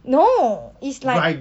no is like